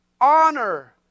honor